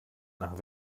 nach